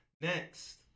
Next